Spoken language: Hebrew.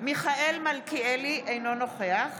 מיכאל מלכיאלי, אינו נוכח